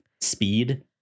speed